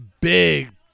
big